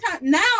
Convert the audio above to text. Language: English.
now